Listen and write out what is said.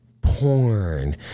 porn